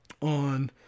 on